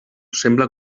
sembla